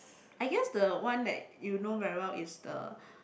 I guess the one that you know very well is the